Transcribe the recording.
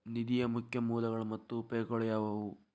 ನಿಧಿಯ ಮುಖ್ಯ ಮೂಲಗಳು ಮತ್ತ ಉಪಯೋಗಗಳು ಯಾವವ್ಯಾವು?